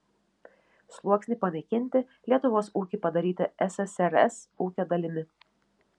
sluoksnį panaikinti lietuvos ūkį padaryti ssrs ūkio dalimi